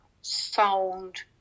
sound